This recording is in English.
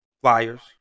flyers